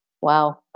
Wow